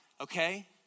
okay